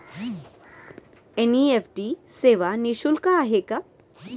NEFT सेवा निःशुल्क आहे का?